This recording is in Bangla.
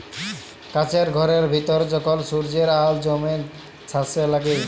কাছের ঘরের ভিতরে যখল সূর্যের আল জ্যমে ছাসে লাগে